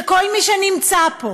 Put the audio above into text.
שכל מי שנמצא פה